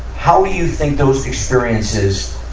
how do you think those experiences,